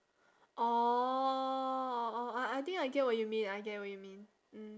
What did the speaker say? orh I I think I get what you mean I get what you mean mm